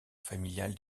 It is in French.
familiale